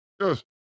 Yes